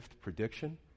prediction